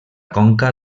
conca